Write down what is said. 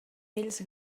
ells